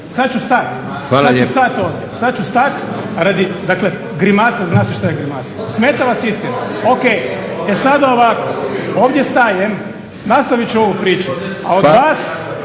sada ću stati ovdje. Sada ću stati radi dakle grimase, zna se što je grimasa. Smeta vas istina. O.k. E sada ovako, ovdje stajem. Nastavit ću ovu priču, a od vas